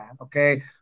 okay